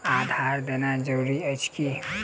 आधार देनाय जरूरी अछि की?